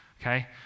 okay